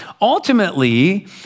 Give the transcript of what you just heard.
ultimately